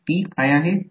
येथे हे चिन्हांकित करा